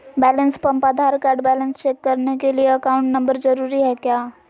Balance pump Aadhaar card balance check करने के लिए अकाउंट नंबर जरूरी है क्या?